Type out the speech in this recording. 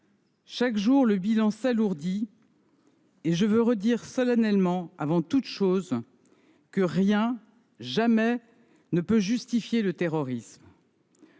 Chaque jour, le bilan s’alourdit. Je veux redire solennellement, et avant toute chose, que rien, jamais, ne peut justifier le terrorisme.